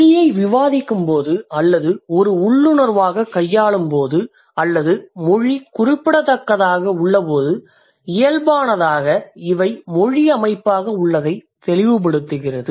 மொழியை விவாதிக்கும்போது அல்லது ஒரு உள்ளுணர்வாகக் கையாளும்போது அல்லது மொழி குறிப்பிடத்தக்கதாக உள்ளபோது இயல்பானதாக மொழி அமைப்பாக உள்ளதை இவை தெளிவுபடுத்துகிறது